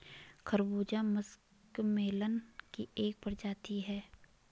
खरबूजा मस्कमेलन की एक प्रजाति है